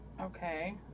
Okay